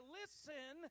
listen